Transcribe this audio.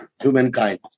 humankind